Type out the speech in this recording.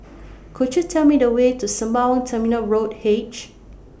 Could YOU Tell Me The Way to Sembawang Terminal Road H